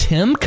Tim